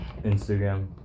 Instagram